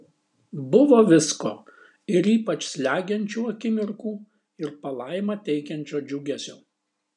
buvo visko ir ypač slegiančių akimirkų ir palaimą teikiančio džiugesio